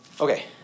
Okay